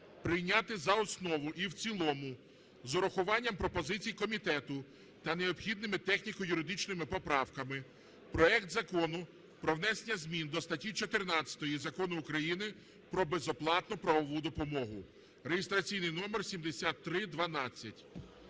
прийняти за основу і в цілому з урахуванням пропозицій комітету та необхідними техніко-юридичними поправками проект Закону про внесення змін до статті 14 Закону України "Про безоплатну правову допомогу" (реєстраційний номер 7312).